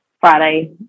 Friday